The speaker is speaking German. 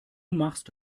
machst